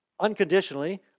Unconditionally